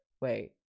wait